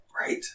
Right